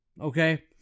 okay